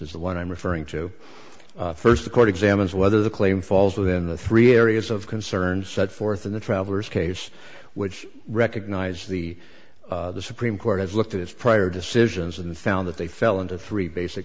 is the one i'm referring to first the court examines whether the claim falls within the three areas of concern set forth in the traveller's case which recognize the supreme court has looked at its prior decisions and found that they fell into three basic